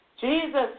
Jesus